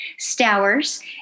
Stowers